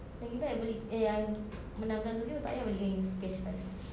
lagi best beli eh I menangkan untuk you tak payah belikan you P_S five